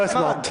לא הסברת.